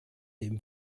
dem